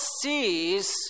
sees